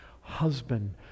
husband